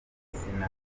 sinasubira